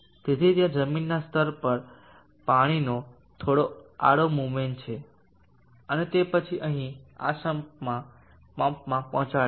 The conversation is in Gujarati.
તેથી ત્યાં જમીનના સ્તર પર પાણીનો થોડો આડુ મૂવમેન્ટ છે અને તે પછી અહીં આ સમ્પમાં પંપમાં પહોંચાડે છે